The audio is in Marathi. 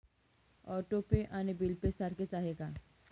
ऑटो पे आणि बिल पे सारखेच आहे का?